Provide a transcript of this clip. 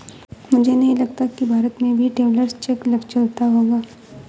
मुझे नहीं लगता कि भारत में भी ट्रैवलर्स चेक चलता होगा